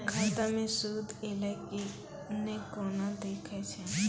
खाता मे सूद एलय की ने कोना देखय छै?